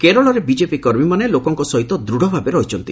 କେରଳରେ ବିଜେପି କର୍ମୀମାନେ ଲୋକଙ୍କ ସହିତ ଦୂଢଭାବେ ରହିଛନ୍ତି